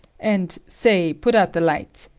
and, say put out the light.